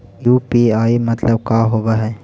UPI मतलब का होब हइ?